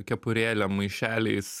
kepurėlėm maišeliais